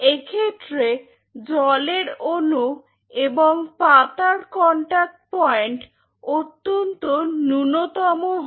এক্ষেত্রে জলের অনু এবং পাতার কন্টাক্ট পয়েন্ট অত্যন্ত Refer Time 1324 ন্যূনতম হয়